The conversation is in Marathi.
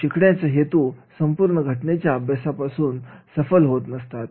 शिकण्याची हेतू संपूर्ण घटनेच्या अभ्यासातून सफल होत नसतात